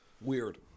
Weird